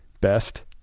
Best